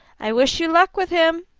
i wish you luck with him.